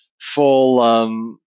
full